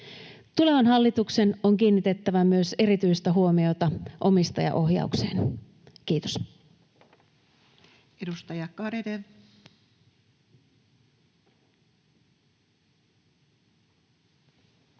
Tulevan hallituksen on kiinnitettävä myös erityistä huomiota omistajaohjaukseen. — Kiitos.